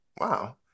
wow